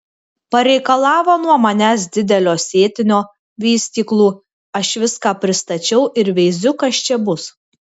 pareikalavo nuo manęs didelio sėtinio vystyklų aš viską pristačiau ir veiziu kas čia bus